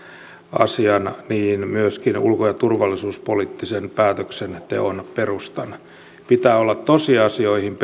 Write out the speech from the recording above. asian myöskin ulko ja turvallisuuspoliittisen päätöksenteon perustan pitää olla tosiasioihin